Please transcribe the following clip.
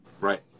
Right